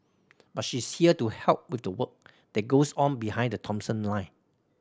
but she's here to help with the work that goes on behind the Thomson line